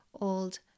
old